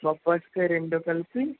బొప్పాయి కాయ రెండు కలిపి